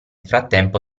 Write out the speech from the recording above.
frattempo